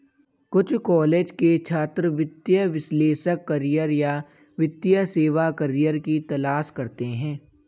कुछ कॉलेज के छात्र वित्तीय विश्लेषक करियर या वित्तीय सेवा करियर की तलाश करते है